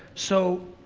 so,